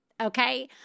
okay